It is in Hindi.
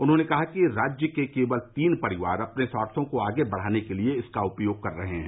उन्होंने कहा कि राज्य के केवल तीन परिवार अपने स्वार्थो को आगे बढ़ाने के लिए इसका उपयोग कर रहे हैं